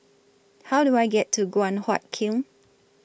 How Do I get to Guan Huat Kiln